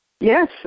Yes